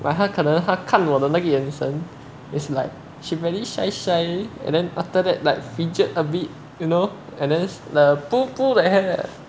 like 她可能她看我的那个眼神 is like she really shy shy and then after that like featured a bit you know and then the the pull pull the hair